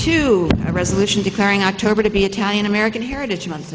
two a resolution declaring october to be italian american heritage month